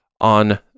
on